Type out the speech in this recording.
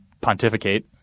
pontificate